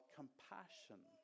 compassion